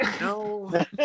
No